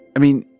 i mean,